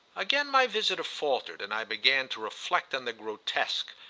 again my visitor faltered, and i began to reflect on the grotesque,